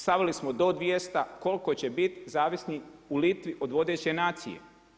Stavili smo do 200, koliko će biti zavisno u Litvi od vodeće nacije.